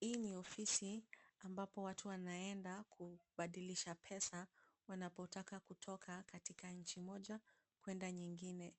Hii ni ofisi ambapo watu wanaenda kubadilisha pesa wanapotaka kutoka katika nchi moja kwenda nyingine.